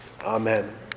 Amen